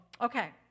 okay